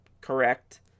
correct